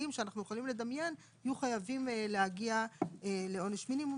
שאנחנו יכולים לדמיין יהיו חייבים להגיע לעונש מינימום,